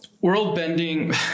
world-bending